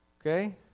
Okay